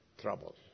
trouble